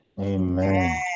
Amen